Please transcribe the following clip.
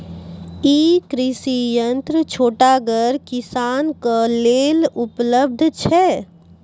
ई कृषि यंत्र छोटगर किसानक लेल उपलव्ध छै?